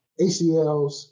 ACLs